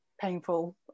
painful